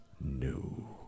new